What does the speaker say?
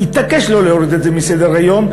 התעקש לא להוריד את זה מסדר-היום,